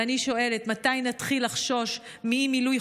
ואני שואלת: מתי נתחיל לחשוש מאי-מילוי